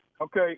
Okay